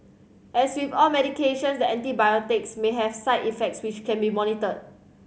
as with all medications the antibiotic may have side effects which can be monitored